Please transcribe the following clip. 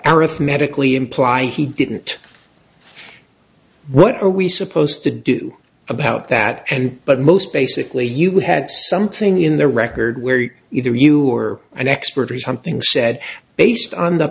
arithmetically imply he didn't what are we supposed to do about that and but most basically you had something in the record where you either you or an expert or something said based on the